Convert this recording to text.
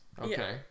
Okay